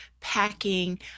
packing